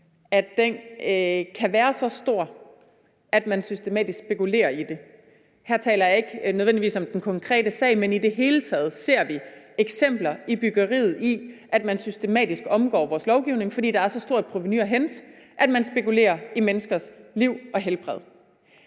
landet, kan være så stor, at man systematisk spekulerer i det. Her taler jeg ikke nødvendigvis om den konkrete sag, for i det hele taget ser vi eksempler i byggeriet på, at man systematisk omgår vores lovgivning, fordi der er så stor et provenu at hente, at man spekulerer i det uden tanke på menneskers liv og helbred